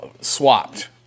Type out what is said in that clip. swapped